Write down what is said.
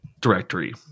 directory